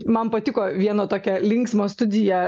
man patiko viena tokia linksma studija